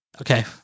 Okay